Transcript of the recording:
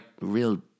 real